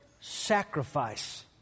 sacrifice